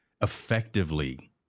effectively